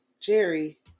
Jerry